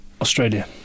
Australia